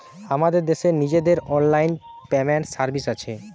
আমাদের দেশের নিজেদের অনলাইন পেমেন্ট সার্ভিস আছে